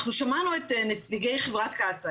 אנחנו שמענו את נציגי חברת קצא"א,